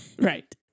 Right